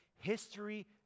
history